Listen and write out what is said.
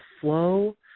flow